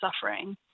suffering